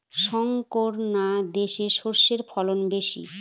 শংকর না দেশি সরষের ফলন বেশী?